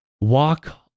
walk